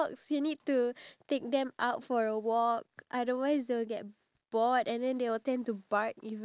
at one point of time after she gave birth to literally five cats then we decide to